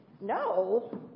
No